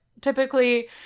Typically